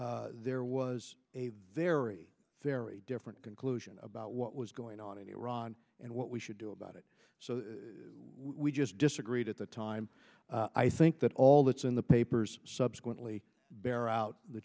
position there was a very very different conclusion about what was going on in iran and what we should do about it so we just disagreed at the time i think that all that's in the papers subsequently bear out the